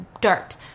dirt